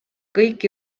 kõik